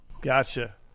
Gotcha